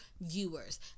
viewers